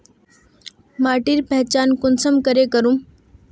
माटिर पहचान कुंसम करे करूम?